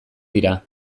dira